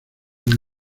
más